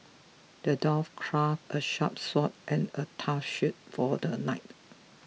the dwarf crafted a sharp sword and a tough shield for the knight